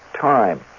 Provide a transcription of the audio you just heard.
time